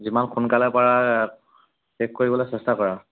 যিমান সোনকালে পৰা শেষ কৰিবলৈ চেষ্টা কৰা